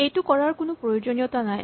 এইটো কৰাৰ কোনো প্ৰয়োজনীয়তা নাই